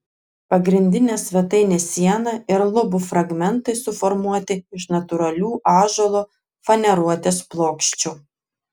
pagrindinė svetainės siena ir lubų fragmentai suformuoti iš natūralių ąžuolo faneruotės plokščių